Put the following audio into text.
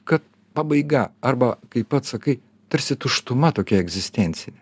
kad pabaiga arba kaip pats sakai tarsi tuštuma tokia egzistencinė